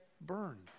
burned